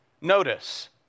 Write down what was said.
Notice